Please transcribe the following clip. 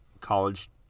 college